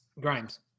Grimes